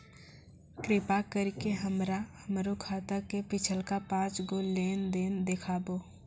कृपा करि के हमरा हमरो खाता के पिछलका पांच गो लेन देन देखाबो